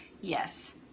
Yes